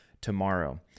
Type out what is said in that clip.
tomorrow